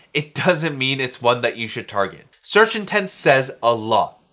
it doesn't mean it's one that you should target. search intent says a lot.